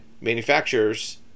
manufacturers